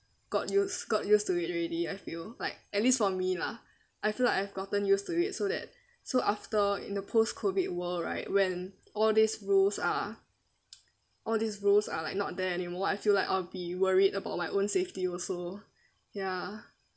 got use got used to it already I feel like at least for me lah I feel like I've gotten used to it so that so after in the post COVID world right when all these rules are all these rules are like not there anymore I feel like I'll be worried about my own safety also ya